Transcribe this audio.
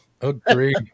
Agreed